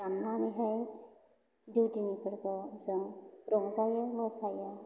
दामनानैहाय दौदिनिफोरखौ जों रंजायो मोसायो